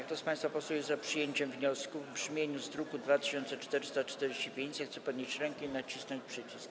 Kto z państwa posłów jest za przyjęciem wniosku w brzmieniu z druku nr 2445, zechce podnieść rękę i nacisnąć przycisk.